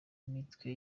imitwe